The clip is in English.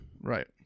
Right